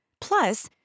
Plus